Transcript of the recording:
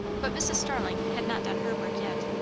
but mrs. starling had not done her work yet.